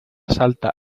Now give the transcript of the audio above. salta